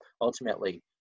ultimately